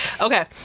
Okay